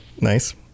nice